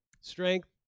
strength